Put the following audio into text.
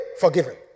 forgiven